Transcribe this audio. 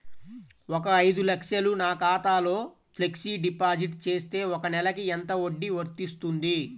ఒక ఐదు లక్షలు నా ఖాతాలో ఫ్లెక్సీ డిపాజిట్ చేస్తే ఒక నెలకి ఎంత వడ్డీ వర్తిస్తుంది?